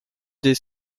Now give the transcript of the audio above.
des